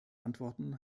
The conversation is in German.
antworten